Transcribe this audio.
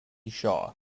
shaw